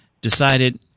decided